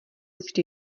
vždy